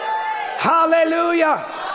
Hallelujah